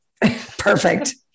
Perfect